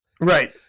Right